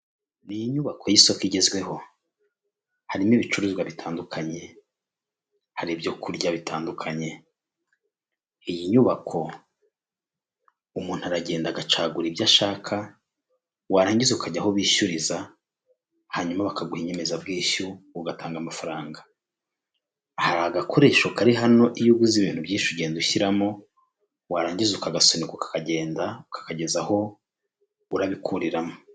Ni inyubako y'isoko igezweho harimo ibicuruzwa bitandukanye hari ibyo kurya bitandukanye iyi nyubako umuntu aragenda agacagura ibyo ashaka warangiza ukajya aho ubishyuriza hanyuma bakaguha inyemezabwishyu ugatanga amafaranga hari agakoresho kari hano iyo uguze ibintu byinshi ugenda ushyiramo warangiza ugasunika ukagenda ukakageza aho urabikuriramo.